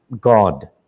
God